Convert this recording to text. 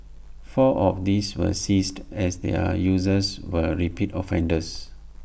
four of these were seized as their users were repeat offenders